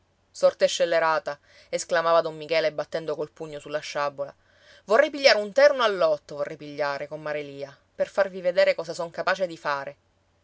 sorte scellerata esclamava don michele battendo col pugno sulla sciabola vorrei pigliare un terno al lotto vorrei pigliare comare lia per farvi vedere cosa son capace di fare